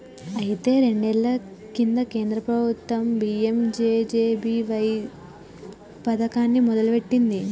అయితే రెండేళ్ల కింద కేంద్ర ప్రభుత్వం పీ.ఎం.జే.జే.బి.వై పథకాన్ని మొదలుపెట్టింది